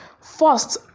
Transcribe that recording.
First